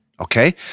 okay